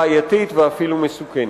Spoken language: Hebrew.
בעייתית ואפילו מסוכנת.